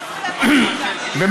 חוץ מלאכול גלידה.